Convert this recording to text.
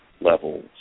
levels